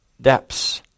depths